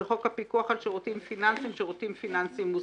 וחוק הפיקוח על שירותים פיננסיים (שירותים פיננסיים מוסדרים).